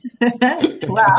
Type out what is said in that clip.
Wow